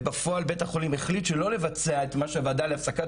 ובפועל בית החולים החליט שלא לבצע את מה שהסכימה הוועדה להפסקת